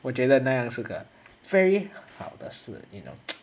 我觉得那样是个 very 很好的事 you know